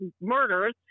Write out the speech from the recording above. murders